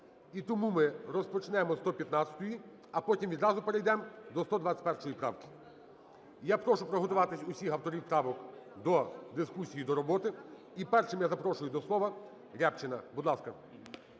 І тому ми розпочнемо з 115-ї, а потім відразу перейдемо до 121 правки. Я прошу приготуватися усіх авторів правок до дискусії, до роботи. І першим я запрошую до слова Рябчина. Будь ласка.